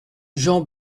jean